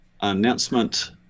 announcement